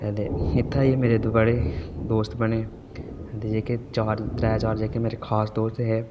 ते इत्थै आइयै मेरे बड़े दोस्त बने ते जेह्के त्रै चार जेह्के मेरे खास दोस्त हे